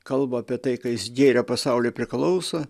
kalba apie tai ka jis gėrio pasaului priklauso